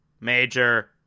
major